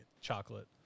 chocolate